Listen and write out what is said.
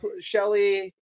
shelly